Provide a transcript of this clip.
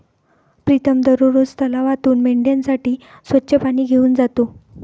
प्रीतम दररोज तलावातून मेंढ्यांसाठी स्वच्छ पाणी घेऊन जातो